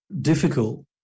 difficult